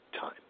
time